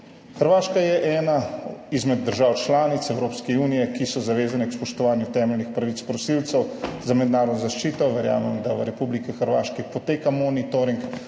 Hrvaška je ena izmed držav članic Evropske unije, ki so zavezane k spoštovanju temeljnih pravic prosilcev za mednarodno zaščito. Verjamem, da v Republiki Hrvaški poteka monitoring